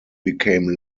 became